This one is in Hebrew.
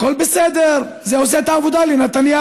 הכול בסדר, זה עושה את העבודה לנתניהו,